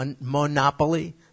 monopoly